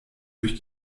durch